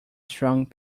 strong